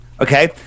okay